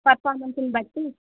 పర్ఫార్మన్స్ని బట్టి